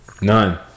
None